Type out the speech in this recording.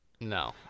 No